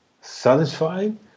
satisfying